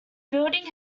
building